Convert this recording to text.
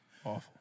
Awful